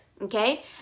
okay